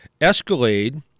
Escalade